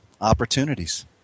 opportunities